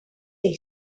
they